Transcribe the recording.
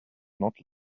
not